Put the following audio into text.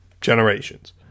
Generations